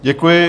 Děkuji.